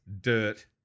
dirt